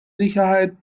sicherheit